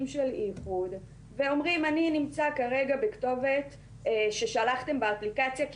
של איחוד ואומרים אני נמצא כרגע בכתובת ששלחתם באפליקציה,